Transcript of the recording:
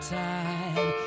time